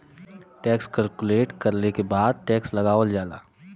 tax calculate करले के बाद टैक्स लगावल जाला